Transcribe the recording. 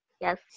Yes